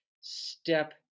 step